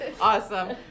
Awesome